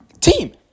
team